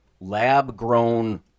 lab-grown